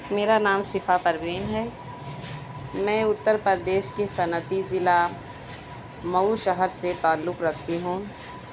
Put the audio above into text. میرا نام شِفا پروین ہے میں اترپردیش کی صنعتی ضلع مئو شہر سے تعلق رکھتی ہوں